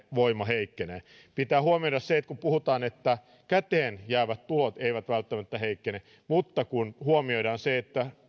ostovoima heikkenee pitää huomioida se että kun puhutaan että käteenjäävät tulot eivät välttämättä heikkene niin kun huomioidaan